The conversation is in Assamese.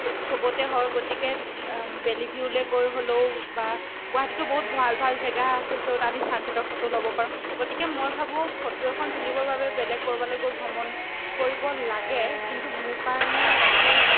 চবতে হয় গতিকে বেলিভিউলৈ গৈ হ'লেও বা গুৱাহাটীতো বহুত ভাল ভাল জেগা আছে য'ত আমি ছানছেটৰ ফটো ল'ব পাৰোঁ গতিকে মই ভাবোঁ ফটো এখন তুলিবৰ বাবে বেলেগ ক'ৰবালৈ গৈ ভ্ৰমণ কৰিব লাগে কিন্তু মোৰ কাৰণে মই